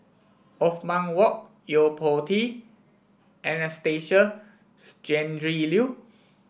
Othman Wok Yo Po Tee and Anastasia Tjendri Liew